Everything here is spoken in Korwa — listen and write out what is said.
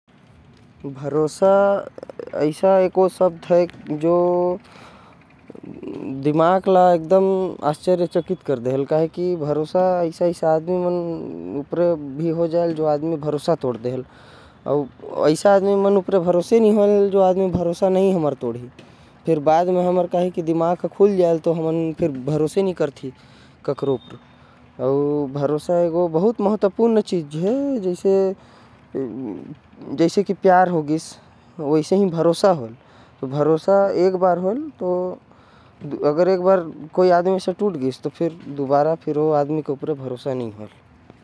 भरोसा ऐसा एगो शब्द है जो कभी तो एसल आदमी पर हो जाएल। जो भरोसा लइक न होथे और कभी ऐसे लोग मन पर भरोसा नही होएल। जो भरोसा लायक होथे जब हमर दिमाग दुनिया दारी में खुलेल तो। हमन कोई लोग पर भरोसा नही कर पाथे। भरोसा प्यार जैसा होथे हुईस तो हुईस नही हुईस तो नही।